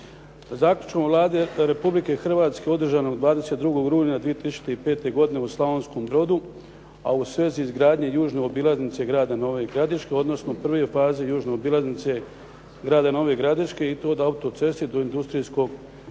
Zaključkom Vlade Republike Hrvatske održanog 22. rujna 2005. godine u Slavonskom Brodu, a u svezi izgradnje južne obilaznice grada Nove Gradiške, odnosno prve faze južne obilaznice grada Nove Gradiške i to od autoceste do industrijskog parka.